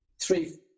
three